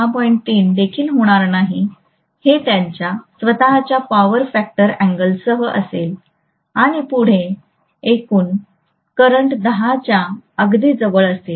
3 देखील होणार नाही हे त्यांच्या स्वत च्या पॉवर फॅक्टर एंगलसह असेल आणि पुढे एकूण करंट 10 च्या अगदी जवळ असेल